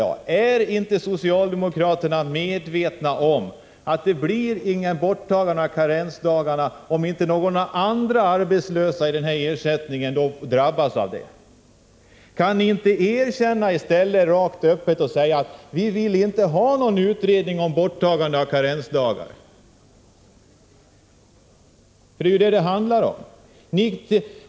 Jag frågar: Ärinte socialdemokraterna medvetna om att det inte blir något borttagande av karensdagarna om inte ersättningen till vissa arbetslösa drabbas av det? Kan ni inte rakt och öppet erkänna att ni inte vill ha någon utredning om borttagande av karensdagarna? Det är detta det handlar om.